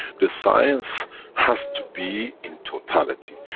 the science has to be in totality.